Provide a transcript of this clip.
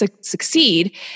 succeed